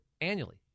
annually